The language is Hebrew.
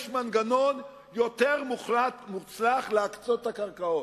מנגנון יותר מוצלח להקצות את הקרקעות,